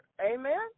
Amen